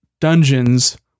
dungeons